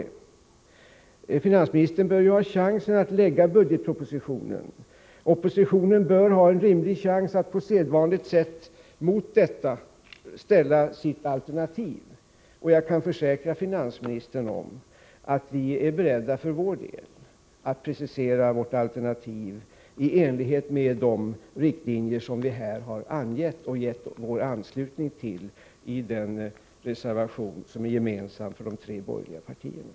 Nr 49 Finansministern bör ju ha chansen att framlägga budgetpropositionen, och Onsdagen den oppositionen bör ha en rimlig chans att på sedvanligt sätt mot den ställa sitt 12 december 1984 alternativ. Jag kan försäkra finansministern att vi för vår del är beredda att precisera vårt alternativ i enlighet med de riktlinjer som vi här har angivit och Derekonomiska som vi har givit vår anslutning till i den reservation som är gemensam för de Olitiken på medel borgerliga partierna.